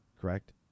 correct